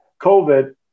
COVID